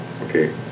Okay